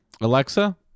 Alexa